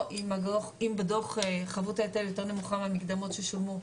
או אם בדוח חבות ההיטל יותר נמוכה מהמקדמות ששולמו,